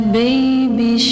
baby